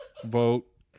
Vote